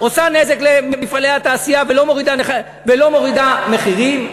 עושה נזק למפעלי התעשייה ולא מורידה מחירים.